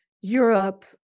Europe